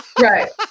Right